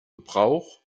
gebrauch